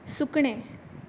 सुकणें